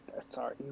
sorry